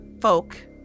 folk